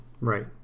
Right